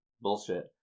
bullshit